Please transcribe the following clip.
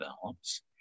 develops